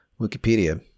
Wikipedia